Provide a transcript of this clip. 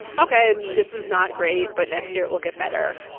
ok, and this is not great, but next year it will get better.